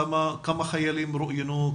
כמה חיילים רואיינו,